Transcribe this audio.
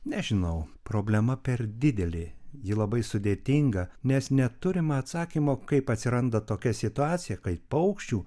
nežinau problema per didelė ji labai sudėtinga nes neturime atsakymo kaip atsiranda tokia situacija kai paukščių